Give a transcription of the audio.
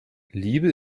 liebe